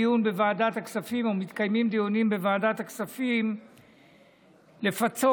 מתקיימים דיונים בוועדת הכספים לפצות